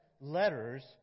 letters